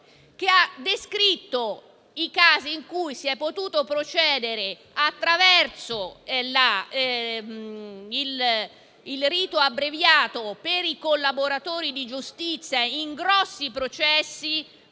che ha descritto i casi in cui si è potuto procedere attraverso il rito abbreviato per i collaboratori di giustizia in importanti processi